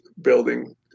building